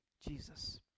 Jesus